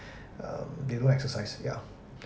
um they don't exercise ya